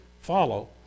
follow